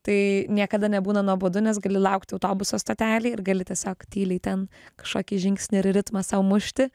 tai niekada nebūna nuobodu nes gali laukti autobuso stotelėj ir gali tiesiog tyliai ten kažkokį žingsnį ir ritmą sau mušti